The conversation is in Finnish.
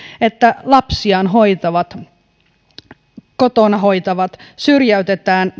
että lapsiaan kotona hoitavat syrjäytetään